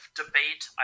debate